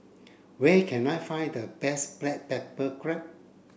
where can I find the best black pepper crab